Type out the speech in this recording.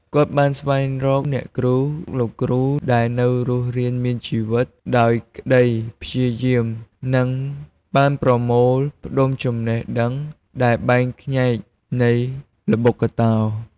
គាត់បានស្វែងរកអ្នកគ្រូ លោកគ្រូដែលនៅរស់រានមានជីវិតដោយក្ដីព្យាយាម និងបានប្រមូលផ្តុំចំណេះដឹងដែលបែកខ្ញែកនៃល្បុក្កតោ។